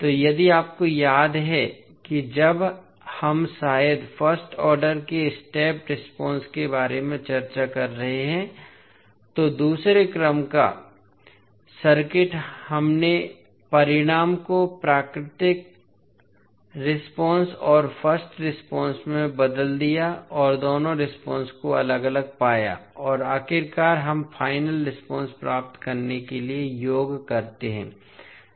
तो यदि आपको याद है कि जब हम शायद फर्स्ट आर्डर के स्टेप रेस्पॉन्स के बारे में चर्चा कर रहे हैं तो दूसरे क्रम का सर्किट हमने परिणाम को प्राकृतिक रेस्पॉन्स और फर्स्ट रेस्पॉन्स में बदल दिया और दोनों रेस्पॉन्स को अलग अलग पाया और आखिरकार हम फाइनल रेस्पॉन्स प्राप्त करने के लिए योग करते हैं